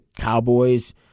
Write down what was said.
Cowboys